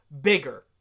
bigger